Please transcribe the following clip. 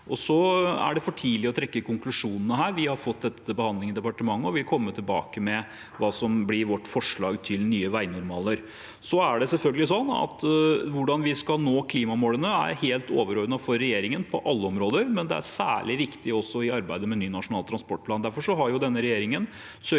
Det er for tidlig å trekke konklusjonene her. Vi har fått dette til behandling i departementet og vil komme tilbake med hva som blir vårt forslag til nye veinormaler. Det er selvfølgelig sånn at hvordan vi skal nå klimamålene, er helt overordnet for regjeringen på alle områder, men det er særlig viktig også i arbeidet med ny Nasjonal transportplan.